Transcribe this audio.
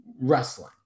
wrestling